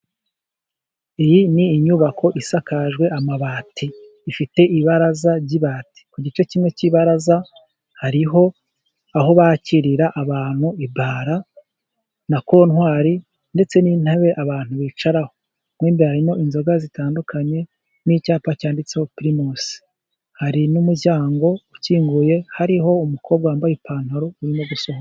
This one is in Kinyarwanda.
Iyi ni inyubako isakajwe amabati, ifite ibaraza ry’ibati. Ku gice kimwe cy’ibaraza, hariho aho bakirira abantu, ibara na kontwari, ndetse n’intabe abantu bicaraho. Mo imbere harimo inzoga zitandukanye n’icyapa cyanditseho Pirimusi. Hari n’umuryango ukinguye, hariho umukobwa wambaye ipantaro, urimo gusoma.